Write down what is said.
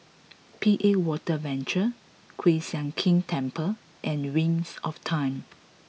P A Water Venture Kiew Sian King Temple and Wings of Time